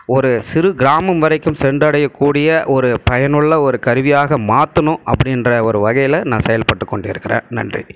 ஒரு சிறு கிராமம் வரைக்கும் சென்றடையக் கூடிய ஒரு பயனுள்ள ஒரு கருவியாக மாற்றணும் அப்படின்ற ஒரு வகையில நான் செயல்பட்டு கொண்டு இருக்கிறேன் நன்றி